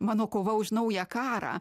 mano kova už naują karą